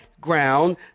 ground